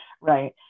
right